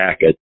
jacket